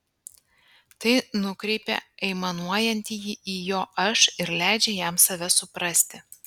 tai nukreipia aimanuojantįjį į jo aš ir leidžia jam save suprasti